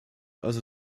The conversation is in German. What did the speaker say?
also